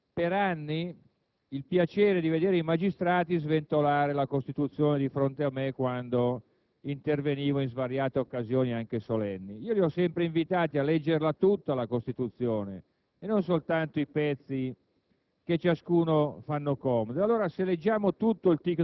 ma non si sono fermati a questo. Ho avuto per anni il piacere di vedere i magistrati sventolare la Costituzione di fronte a me quando intervenivo in svariate occasioni, anche solenni. Io li ho sempre invitati a leggerla tutta la Costituzione e non soltanto i pezzi